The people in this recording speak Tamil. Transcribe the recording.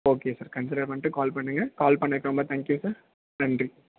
ஓகே சார் கன்சிடர் பண்ணிட்டு கால் பண்ணுங்க கால் பண்ணிணதுக்கு ரொம்ப தேங்க்யூ சார் நன்றி